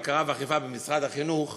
בקרה ואכיפה במשרד החינוך